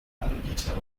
anbieter